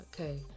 Okay